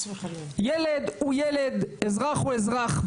ילד הוא ילד, אזרח הוא אזרח.